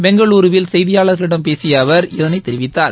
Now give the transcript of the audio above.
பெங்களூருவில் செய்தியாளர்களிடம் பேசிய அவர் இதனைத் தெரிவித்தார்